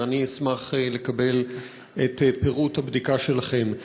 יסתיים אשמח לקבל את פירוט הבדיקה שלכם.